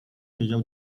siedział